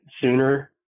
sooner